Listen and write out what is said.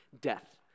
death